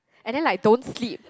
and then like don't sleep